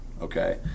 okay